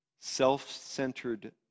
self-centered